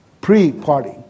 pre-party